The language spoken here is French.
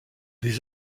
les